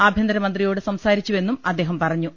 ആഭ്യന്തരമന്ത്രിയോട് സംസാരിച്ചുവെന്നും അദ്ദേഹം പറഞ്ഞു